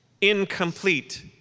incomplete